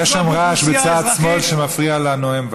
יש שם רעש, בצד שמאל, שמפריע לנואם.